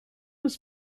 was